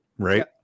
right